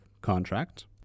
contract